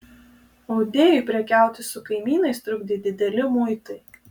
audėjui prekiauti su kaimynais trukdė dideli muitai